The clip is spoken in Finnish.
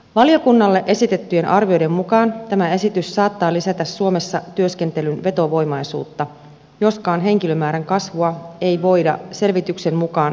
valiokunnalle esitettyjen arvioiden mukaan tämä esitys saattaa lisätä suomessa työskentelyn vetovoimaisuutta joskaan henkilömäärän kasvua ei voida selvityksen mukaan hyvin arvioida